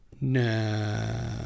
No